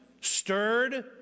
stirred